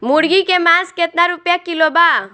मुर्गी के मांस केतना रुपया किलो बा?